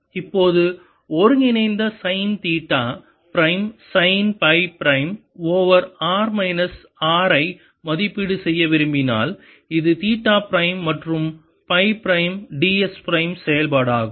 இப்போது ஒருங்கிணைந்த sine theta prime sine psi prime over r minus R ஐ மதிப்பீடு செய்ய விரும்பினால் இது தீட்டா பிரைம் மற்றும் சை பிரைம் ds பிரைம் செயல்பாடாகும்